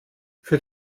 für